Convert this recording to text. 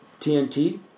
TNT